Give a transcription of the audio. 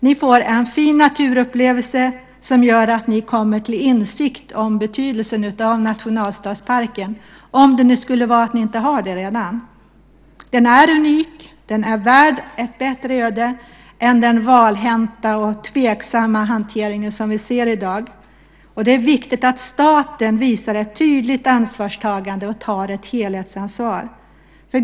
Ni får en fin naturupplevelse som gör att ni kommer till insikt om betydelsen av nationalstadsparken, om det nu skulle vara så att ni inte har det redan. Nationalstadsparken är unik och den är värd ett bättre öde än den valhänta och tveksamma hantering som vi ser i dag. Det är viktigt att staten visar ett tydligt ansvarstagande och tar ett helhetsansvar.